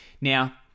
Now